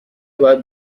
باید